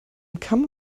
kamm